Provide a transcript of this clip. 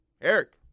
eric